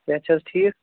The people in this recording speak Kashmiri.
صحت چھےٚ حظ ٹھیٖک